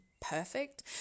perfect